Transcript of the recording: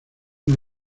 una